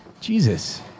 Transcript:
Jesus